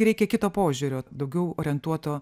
reikia kito požiūrio daugiau orientuoto